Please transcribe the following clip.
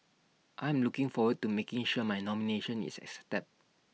I'm looking forward to making sure my nomination is